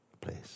place